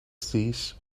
these